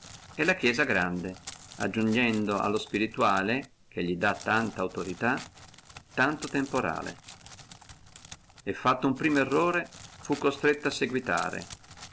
e la chiesa grande aggiugnendo allo spirituale che gli dà tanta autorità tanto temporale e fatto uno primo errore fu costretto a seguitare